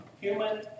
Human